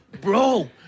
bro